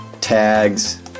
Tags